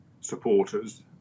supporters